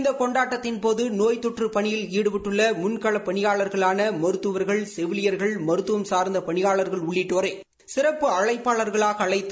இந்த கொண்டாட்டத்தின்போது நோய் தொற்று பணியில் ஈடுபட்டுள்ள முன்களப் பணியாளா்களான மருத்துவா்கள் செவிலியா்கள் மருத்துவசாா் பணியாளா்கள் உள்ளிட்டோரை சிறப்பு அழைப்பாளா்களாக அழைத்து